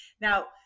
Now